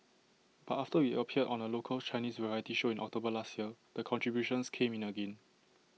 but after we appeared on A local Chinese variety show in October last year the contributions came in again